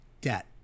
debt